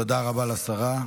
תודה רבה לשרה.